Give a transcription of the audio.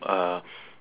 uh